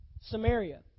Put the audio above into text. Samaria